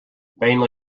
vainly